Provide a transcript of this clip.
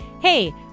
Hey